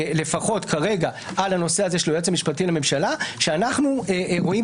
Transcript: לפחות על הנושא הזה של היועץ המשפטי לממשלה שאנחנו רואים